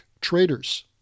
traders